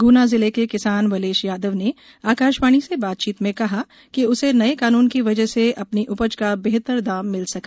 ग्ना जिले के किसान वलेश यादव ने आकाशवाणी से बातचीत में कहा कि उसे नए कानून की वजह से अपनी उपज का बेहतर दाम मिल सका